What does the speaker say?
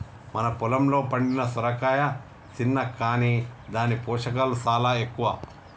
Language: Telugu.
మన పొలంలో పండిన సొరకాయ సిన్న కాని దాని పోషకాలు సాలా ఎక్కువ